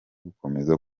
gukomeza